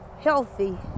healthy